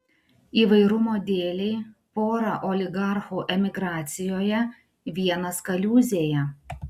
įvairumo dėlei pora oligarchų emigracijoje vienas kaliūzėje